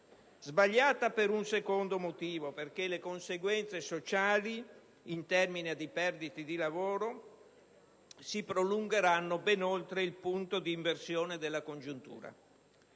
sbagliata, perché le conseguenze sociali, in termini di perdita di lavoro, si prolungheranno ben oltre il punto di inversione della congiuntura.